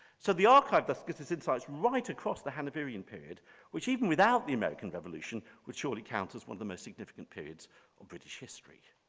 so the archive that gets this inside is right across the hanoverian period which even without the american revolution would surely count as one of the most significant periods of british history.